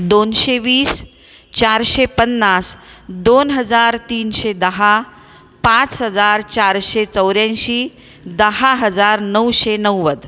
दोनशे वीस चारशे पन्नास दोन हजार तीनशे दहा पाच हजार चारशे चौऱ्याऐंशी दहा हजार नऊशे नव्वद